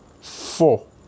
Four